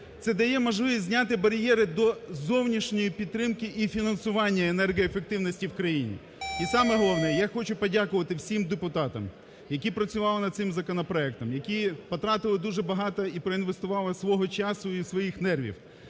це дає можливість зняти бар'єри до зовнішньої підтримки і фінансування енергоефективності в країні. І саме головне, я хочу подякувати всім депутатам, які працювали над цим законопроектом, які потратили дуже багато і про інвестували свого часу і своїх нервів,